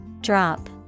Drop